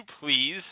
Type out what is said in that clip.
please